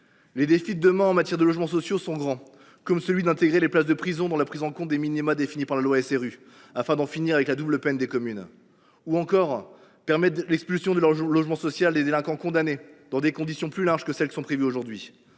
Les défis de demain en matière de logements sociaux sont grands, comme intégrer les places de prison dans la prise en compte des minima définis par la loi SRU, afin d’en finir avec la double peine des communes, ou encore permettre l’expulsion de leur logement social des délinquants condamnés dans des conditions plus larges que celles qui sont prévues aujourd’hui.